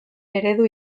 eredu